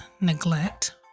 neglect